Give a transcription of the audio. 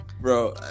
bro